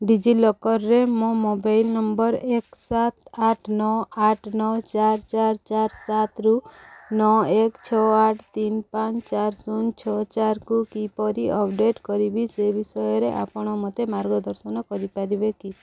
D ଜି ଲକରରେ ମୋ ମୋବାଇଲ୍ ନମ୍ବର୍ ଏକ ସାତ ଆଠ ନଅ ଆଠ ନଅ ଚାରି ଚାରି ଚାରି ସାତରୁ ନଅ ଏକ ଛଅ ଆଠ ତିନ ପାଞ୍ଚ ଚାରି ଶୂନ ଛଅ ଚାରିକୁ କିପରି ଅପଡ଼େଟ୍ କରିବି ସେ ବିଷୟରେ ଆପଣ ମୋତେ ମାର୍ଗଦର୍ଶନ କରିପାରିବେ କି